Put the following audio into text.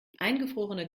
eingefrorene